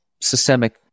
systemic